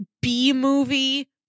B-movie